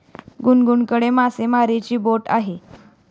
गुनगुनकडे मासेमारीची बोट आहे